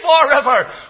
forever